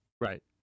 Right